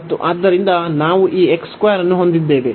ಮತ್ತು ಆದ್ದರಿಂದ ನಾವು ಈ ಅನ್ನು ಹೊಂದಿದ್ದೇವೆ